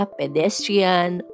pedestrian